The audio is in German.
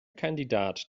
kandidat